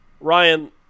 Ryan